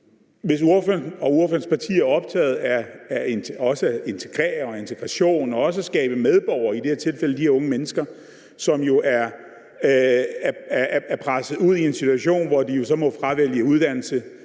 og ordførerens parti er optaget af også at integrere, af integration og af at skabe medborgere, som i det her tilfælde gælder de her unge mennesker, som jo er presset ud i en situation, hvor de så må fravælge uddannelse